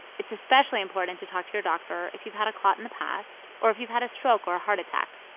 it's especially important to talk to your doctor if you've had a clot in the past or if you've had a stroke or a heart attack.